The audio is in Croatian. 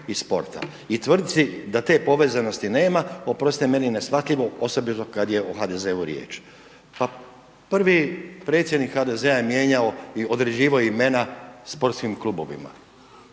i sporta i tvrtci da te povezanosti nema oprostite meni je neshvatljivo osobito kad je o HDZ-u riječ. Pa prvi predsjednik HDZ-a je mijenjao i određivao imena sportskim klubovima,